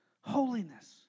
Holiness